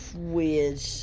weird